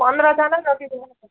पन्ध्रजना जति